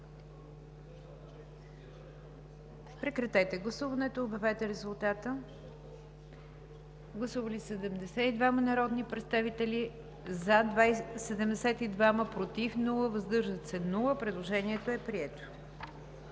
Прекратете гласуването и обявете резултата. Гласували 70 народни представители: за 70, против и въздържали се няма. Предложението е прието.